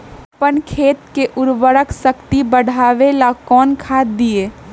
अपन खेत के उर्वरक शक्ति बढावेला कौन खाद दीये?